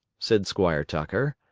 said squire tucker,